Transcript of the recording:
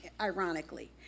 ironically